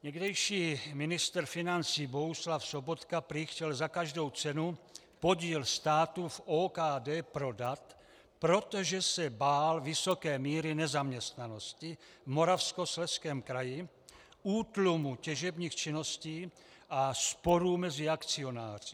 Někdejší ministr financí Bohuslav Sobotka prý chtěl za každou cenu podíl státu v OKD prodat, protože se bál vysoké míry nezaměstnanosti v Moravskoslezském kraji, útlumu těžebních činností a sporů mezi akcionáři.